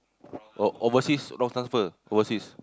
oh overseas wrong transfer overseas